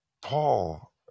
Paul